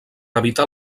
evitar